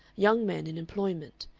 young men in employment,